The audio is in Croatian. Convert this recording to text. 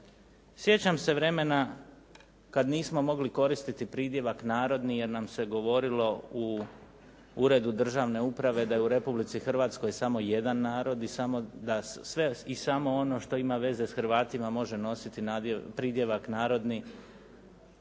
Sjećam se vremena kada nismo mogli koristiti pridjevak narodni jer nam se govorilo u uredu državne uprave da je u Republici Hrvatskoj samo jedan narod i samo ono što ima veze sa Hrvatima može nositi pridjevak narodni.